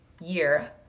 year